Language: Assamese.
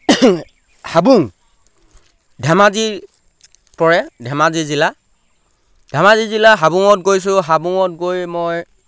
হাবুং ধেমাজি পৰে ধেমাজি জিলা ধেমাজি জিলাৰ হাবুঙত গৈছোঁ হাবুঙত গৈ মই